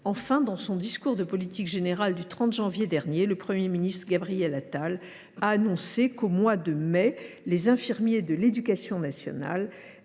dans son discours de politique générale du 30 janvier dernier, le Premier ministre Gabriel Attal a annoncé que, au mois de mai prochain, les infirmiers de l’éducation nationale